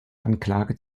anklage